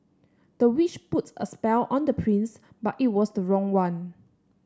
the witch put a spell on the prince but it was the wrong one